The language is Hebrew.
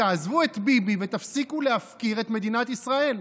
תעזבו את ביבי ותפסיקו להפקיר את מדינת ישראל.